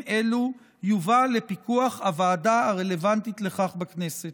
אלו יובא לפיקוח הוועדה הרלוונטית לכך בכנסת.